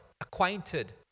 acquainted